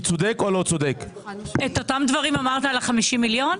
את אותם דברים אמרת על ה-50 מיליון?